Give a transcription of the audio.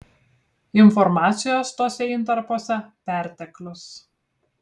informacijos tuose intarpuose perteklius